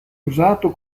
usato